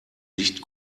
nicht